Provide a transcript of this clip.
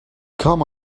come